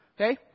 Okay